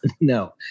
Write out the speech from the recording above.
No